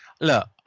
Look